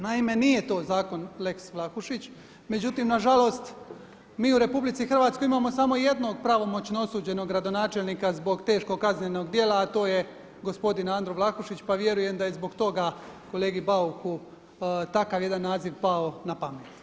Naime nije to zakon lex Vlahušić, međutim nažalost mi u RH imamo samo jedno pravomoćno osuđenog gradonačelnika zbog teškog kaznenog djela a to je gospodin Andro Vlahušić pa vjerujem da je i zbog toga kolegi Bauku takav jedan naziv pao na pamet.